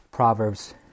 Proverbs